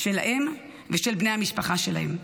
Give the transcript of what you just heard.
שלהם ושל בני המשפחה שלהם.